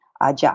Aja